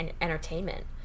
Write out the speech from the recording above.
entertainment